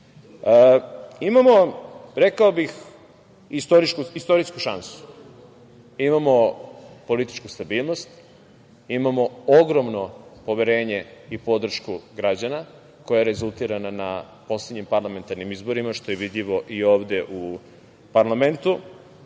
EU.Imamo, rekao bih, istorijsku šansu. Imamo političku stabilnost, imamo ogromno poverenje i podršku građana, koja je rezultirana na poslednjim parlamentarnim izborima, što je vidljivo i ovde u parlamentu.